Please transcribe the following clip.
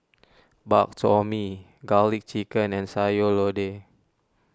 Bak Chor Mee Garlic Chicken and Sayur Lodeh